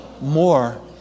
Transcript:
more